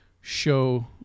show